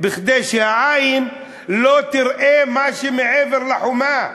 כדי שהעין לא תראה מה שמעבר לחומה,